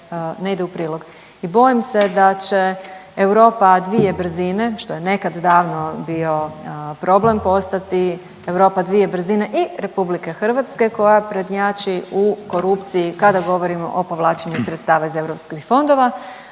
ne ide u prilog i bojim se da će Europa dvije brzine, što je nekad davno bio problem, postati Europa dvije brzine i RH koja prednjači u korupciji kada govorimo o povlačenju sredstva iz europskih fondova,